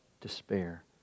despair